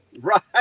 Right